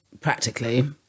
practically